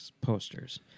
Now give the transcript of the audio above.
posters